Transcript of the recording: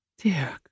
Dear